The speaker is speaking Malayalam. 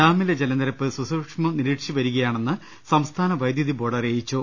ഡാമിലെ ജലനിരപ്പ് സസൂക്ഷ്മം നിരീക്ഷിച്ച് വരികയാണെന്ന് സംസ്ഥാന വൈദ്യു തിബോർഡ് അറിയിച്ചു